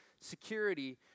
security